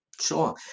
Sure